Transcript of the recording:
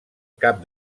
cap